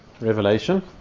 Revelation